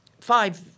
five